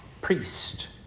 priest